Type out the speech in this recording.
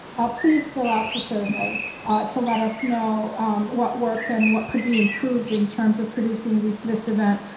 ah please fill out the survey to let us know what worked and what could be improved in terms of producing this this event.